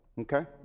okay